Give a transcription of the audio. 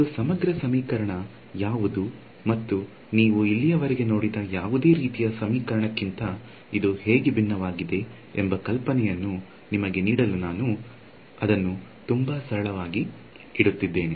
ಒಂದು ಸಮಗ್ರ ಸಮೀಕರಣ ಯಾವುದು ಮತ್ತು ನೀವು ಇಲ್ಲಿಯವರೆಗೆ ನೋಡಿದ ಯಾವುದೇ ರೀತಿಯ ಸಮೀಕರಣಕ್ಕಿಂತ ಇದು ಹೇಗೆ ಭಿನ್ನವಾಗಿದೆ ಎಂಬ ಕಲ್ಪನೆಯನ್ನು ನಿಮಗೆ ನೀಡಲು ನಾನು ಅದನ್ನು ತುಂಬಾ ಸರಳವಾಗಿ ಇಡುತಿದ್ದೇನೆ